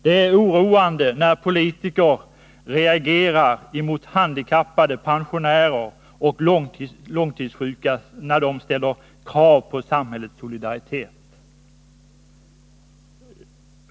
Det är oroande när politiker reagerar mot handikappade, pensionärer och långtidssjuka, då dessa ställer krav på samhällets solidaritet.